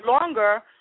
longer